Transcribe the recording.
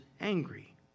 angry